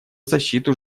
защиту